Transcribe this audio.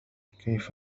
كيف